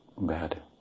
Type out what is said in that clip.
bad